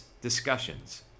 discussions